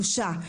בושה,